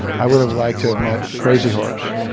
i would have liked to have met crazy horse.